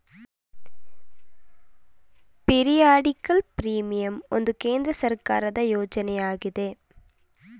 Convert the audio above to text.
periodical premium ಒಂದು ಕೇಂದ್ರ ಸರ್ಕಾರದ ಯೋಜನೆ ಆಗಿದೆ